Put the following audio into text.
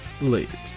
later